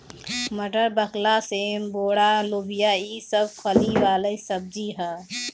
मटर, बकला, सेम, बोड़ा, लोबिया ई सब फली वाला सब्जी ह